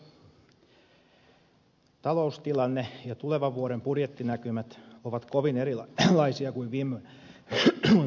taloustilanne ja tulevan vuoden budjettinäkymät ovat kovin erilaisia kuin vuosi sitten